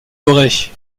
doré